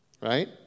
right